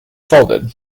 folded